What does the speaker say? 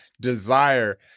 desire